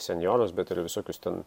senjorus bet ir visokius ten